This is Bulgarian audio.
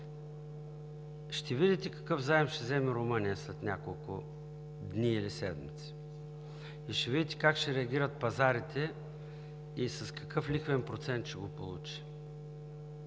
ще видите какъв заем ще вземе Румъния след няколко дни или седмици и ще видите как ще реагират пазарите и с какъв лихвен процент ще го получи.